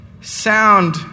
sound